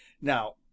Now